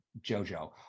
Jojo